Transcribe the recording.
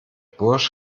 burj